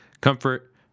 comfort